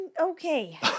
okay